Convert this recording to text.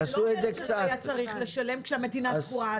אני לא אומרת שלא היה צריך לשלם כשהמדינה סגורה,